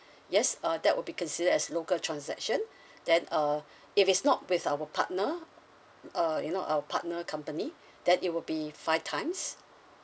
yes uh that would be considered as local transaction then uh if it's not with our partner uh you know our partner company then it will be five times